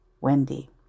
Wendy